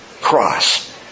cross